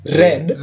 red